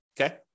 okay